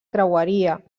creueria